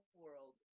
world